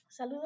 Saludos